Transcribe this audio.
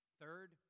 Third